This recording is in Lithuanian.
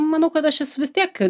manau kad aš esu vis tiek